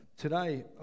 today